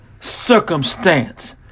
circumstance